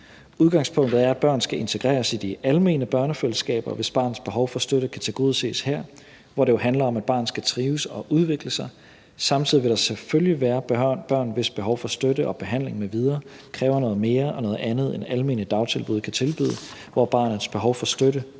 Udgangspunktet er, at børn skal integreres i de almene børnefællesskaber, hvis barnets behov for støtte kan tilgodeses her, hvor det jo handler om, at barnet skal trives og udvikle sig. Samtidig vil der selvfølgelig være børn, hvis behov for støtte og behandling m.v. kræver noget mere og noget andet, end almene dagtilbud kan tilbyde, hvor barnets behov for støtte